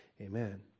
Amen